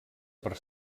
per